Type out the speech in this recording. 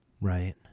Right